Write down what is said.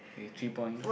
okay three points